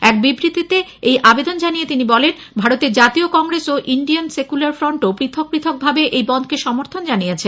এক বিবৃতিতে এই আবেদন জানিয়ে তিনি বলেন ভারতের জাতীয় কংগ্রেস ও ইন্ডিয়ান সেকুলার ফ্রন্টও পৃথক পৃথকভাবে এই বনধকে সমর্থন জানিয়েছে